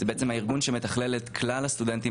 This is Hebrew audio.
זה הארגון שמתכלל את כלל הסטודנטים